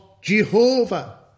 Jehovah